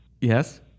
yes